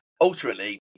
Ultimately